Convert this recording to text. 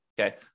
Okay